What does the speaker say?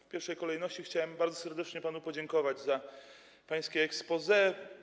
W pierwszej kolejności chciałem bardzo serdecznie panu podziękować za pańskie exposé.